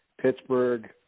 Pittsburgh